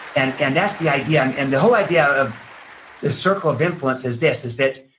and and that's the idea. and and the whole idea of the circle of influence is this, is that,